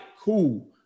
cool